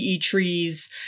trees